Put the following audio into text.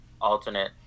alternate